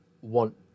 want